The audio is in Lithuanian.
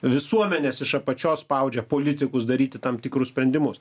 visuomenes iš apačios spaudžia politikus daryti tam tikrus sprendimus